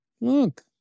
Look